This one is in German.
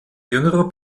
jüngerer